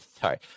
Sorry